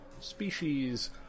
species